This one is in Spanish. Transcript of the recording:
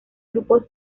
grupo